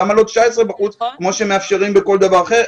למה לא 19 בחוץ כמו שמאפשרים בכל דבר אחר?